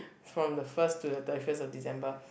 from the first to the thirty first of December